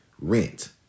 rent